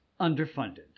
underfunded